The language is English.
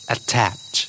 Attach